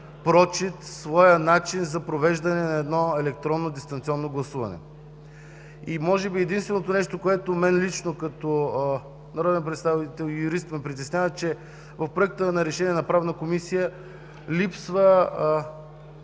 прочит, своя начин за провеждане на електронно дистанционно гласуване. Може би единственото нещо, което мен лично като народен представител и юрист ме притеснява, е, че в Проекта за решение на Правната комисия липсва